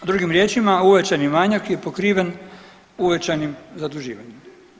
Drugim riječima uvećani manjak je pokriven uvećanim zaduživanjem.